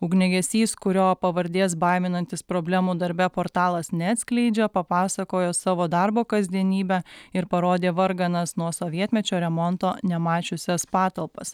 ugniagesys kurio pavardės baiminantis problemų darbe portalas neatskleidžia papasakojo savo darbo kasdienybę ir parodė varganas nuo sovietmečio remonto nemačiusias patalpas